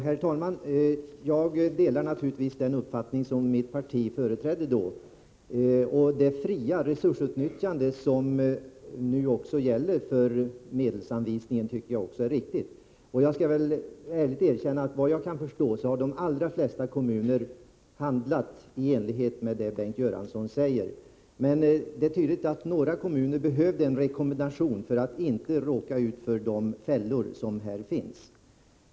Herr talman! Jag delar naturligtvis den uppfattning som mitt parti då företrädde. Det fria resursutnyttjande som gäller för medelsanvisningen tycker jag också är riktigt. Jag skall ärligt erkänna att efter vad jag kan förstå har de allra flesta kommuner handlat i enlighet med vad Bengt Göransson säger. Men det är tydligt att några kommuner behövde en rekommendation för att inte råka ut för de fällor som här finns.